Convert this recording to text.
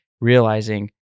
realizing